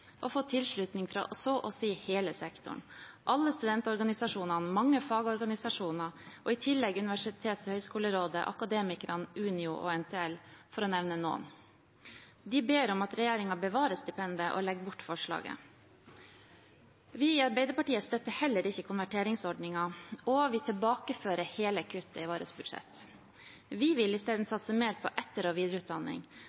tilslutning fra så å si hele sektoren – alle studentorganisasjonene, mange fagorganisasjoner og i tillegg Universitets- og høgskolerådet, Akademikerne, Unio og NTL, for å nevne noen. De ber om at regjeringen bevarer stipendet og legger bort forslaget. Vi i Arbeiderpartiet støtter heller ikke konverteringsordningen, og vi tilbakefører hele kuttet i vårt budsjett. Vi vil isteden